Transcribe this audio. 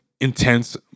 intense